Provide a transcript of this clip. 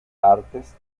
artes